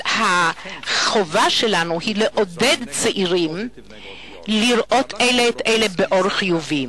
אבל החובה שלנו היא לעודד צעירים לראות אלה את אלה באור חיובי.